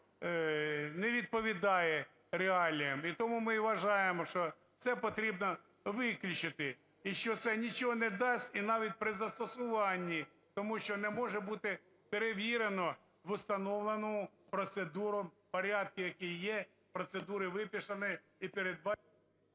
не відповідає реаліям. І тому ми вважаємо, що це потрібно виключити, і що це нічого не дасть, і навіть при застосуванні, тому що не може бути перевірено в установленій процедурою порядку, який є, процедури виписані… ГОЛОВУЮЧИЙ.